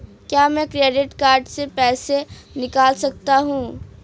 क्या मैं credit card से पैसे निकाल सकता हूँ?